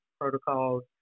protocols